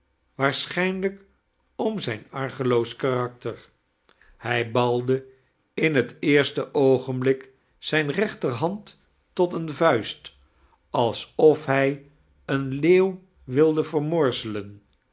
waarschijnlijk am zijn argeloos karakter hij balde in het eerste oogenblik zijne rechterhand tot eene vuist alsof hij een leeuw wilde vermorzelen